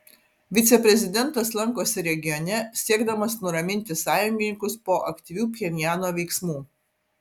viceprezidentas lankosi regione siekdamas nuraminti sąjungininkus po aktyvių pchenjano veiksmų